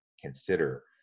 consider